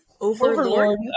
Overlord